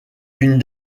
une